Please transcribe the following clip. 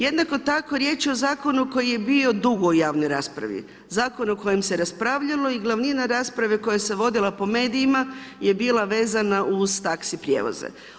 Jednako tako riječ je o zakonu koji je bio dugo u javnoj raspravi, zakon o kojem se raspravljalo i glavnina rasprave koja se vodila po medijima je bila vezana uz taxi prijevoze.